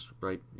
right